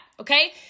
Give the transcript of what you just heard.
okay